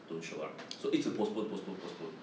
don't show up so 一直 postpone postpone postpone